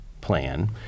plan